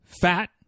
fat